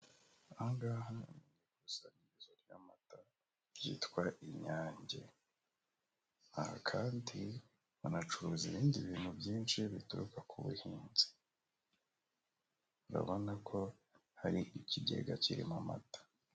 Ahangaha ni ikusanyirizo ry'amata ryitwa INYANGE. Aha kandi banacuruza ibindi bintu byinshi bituruka ku buhinzi, urabona ko hari ikigega kirimo amata.